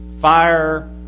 fire